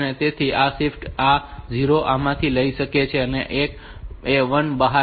તેથી આ શિફ્ટ આ 0 ને આમાં લઈ જશે અને આ 1 બહાર જશે